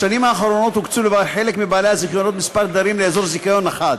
בשנים האחרונות הוקצו לחלק מבעלי הזיכיונות כמה תדרים לאזור זיכיון אחד.